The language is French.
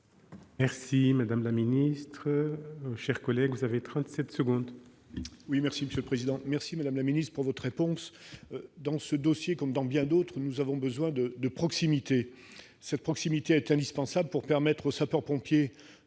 Merci, madame la ministre,